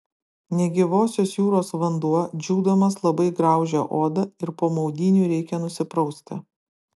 negyvosios jūros vanduo džiūdamas labai graužia odą ir po maudynių reikia nusiprausti